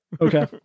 Okay